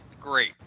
great